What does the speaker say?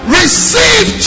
receive